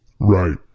Right